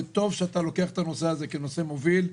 טוב שאתה לוקח את זה כנושא מוביל.